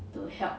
to help